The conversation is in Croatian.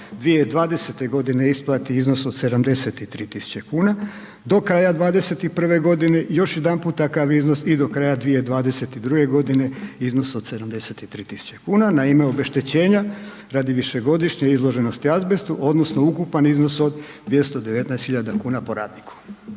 2020. g. isplati iznos od 73 tisuće kuna, do kraja 2021. g. još jedanput takav iznos i do kraja 2022. iznos od 73 tisuće kuna na ime obeštećenja radi višegodišnje izloženosti azbestu odnosno ukupan iznos od 219 tisuća kuna po radniku.